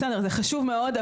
בסדר זה חשוב מאוד,